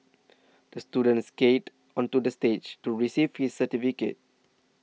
the student skated onto the stage to receive his certificate